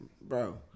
bro